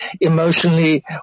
emotionally